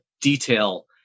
detail